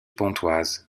pontoise